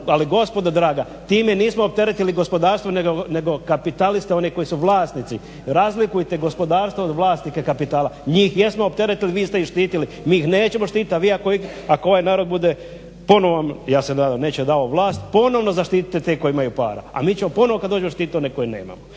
ali gospodo draga time nismo opteretili gospodarstvo nego kapitaliste one koji su vlasnici. Razlikujte gospodarstvo od vlasnike kapitala. Njih jesmo opteretili, vi ste ih štitili. Mi ih nećemo štititi a vi ako ovaj narod bude ponovno, ja se nadam neće, vam dao vlast ponovno zaštitite te koji imaju para a mi ćemo ponovno kad dođemo štititi one koji nemaju.